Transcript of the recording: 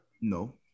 No